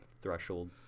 threshold